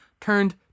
turned